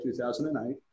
2008